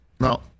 No